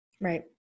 Right